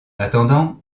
attendant